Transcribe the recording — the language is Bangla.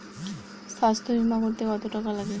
স্বাস্থ্যবীমা করতে কত টাকা লাগে?